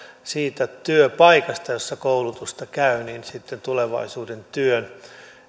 siitä työpaikasta jossa koulutusta käy sitten tulevaisuuden työn